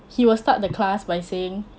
he will start the class by saying